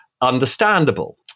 understandable